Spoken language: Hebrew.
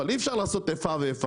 אבל אי אפשר לעשות איפה ואיפה,